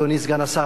אדוני סגן השר,